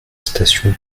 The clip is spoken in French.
station